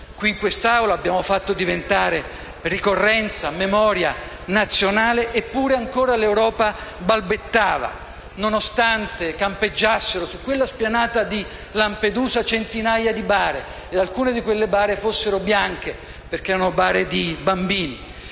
qui in quest'Aula abbiamo fatto diventare ricorrenza e memoria nazionale, l'Europa balbettava, nonostante campeggiassero su quella spianata di Lampedusa centinaia di bare e alcune di esse fossero bianche perché erano bare di bambini.